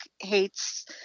hates